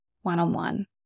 one-on-one